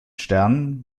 stern